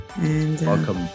Welcome